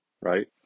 right